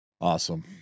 Awesome